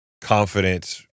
confident